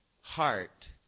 heart